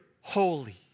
holy